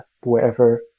wherever